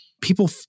people